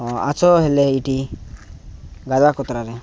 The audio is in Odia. ହଁ ଆସ ହେଲେ ଏଇଠି ଗାଦା କତାରାକୁ